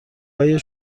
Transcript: های